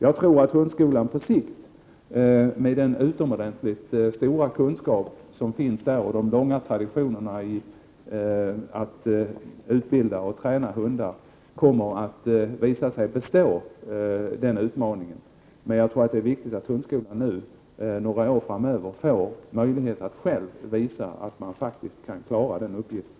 Jag tror att hundskolan på sikt, med den utomordentligt stora kunskap som finns där och med de långa traditionerna i att utbilda och träna hundar, kommer att visa sig bestå den utmaningen. Det är viktigt att hundskolan nu under några år framöver får möjlighet att själv visa att den faktiskt kan klara den uppgiften.